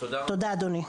תודה אדוני.